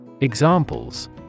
Examples